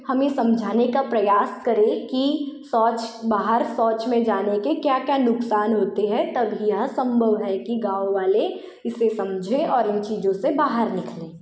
हमें समझाने का प्रयास करें कि शौच बाहर शौच में जाने के क्या क्या नुक़सान होते हैं तभी यहाँ संभव है कि गाँव वाले इसे समझें और इन चीज़ों से बाहर निकले